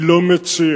אני לא מציע